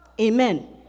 Amen